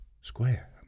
square